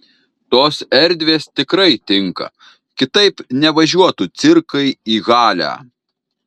tos erdvės tikrai tinka kitaip nevažiuotų cirkai į halę